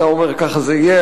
אתה אומר "ככה זה יהיה",